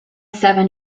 seven